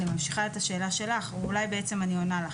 אני ממשיכה את השאלה שלך ואולי אני עונה לך.